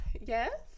yes